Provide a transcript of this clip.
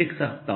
लिख सकता हूं